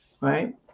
right